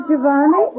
Giovanni